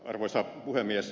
arvoisa puhemies